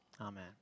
Amen